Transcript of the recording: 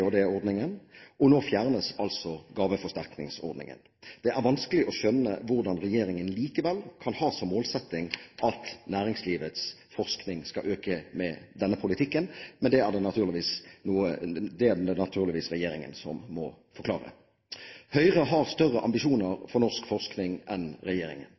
og nå fjernes altså gaveforsterkningsordningen. Det er vanskelig å skjønne hvordan regjeringen likevel kan ha som målsetting at næringslivets forskning skal øke med denne politikken, men det er det naturligvis regjeringen som må forklare. Høyre har større ambisjoner for norsk forskning enn regjeringen.